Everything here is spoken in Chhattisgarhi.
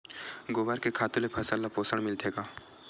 गोबर के खातु से फसल ल पोषण मिलथे का?